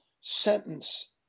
sentence